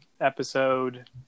episode